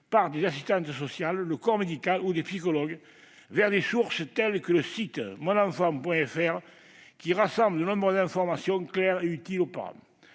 par les assistantes sociales, le corps médical ou les psychologues vers des sources telles que le site www.monenfant.fr, qui rassemble de nombreuses informations claires et utiles aux parents.